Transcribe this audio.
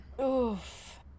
Oof